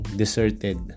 deserted